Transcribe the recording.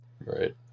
Right